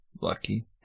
Lucky